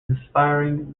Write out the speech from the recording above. inspiring